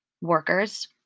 workers